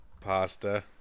pasta